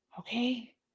Okay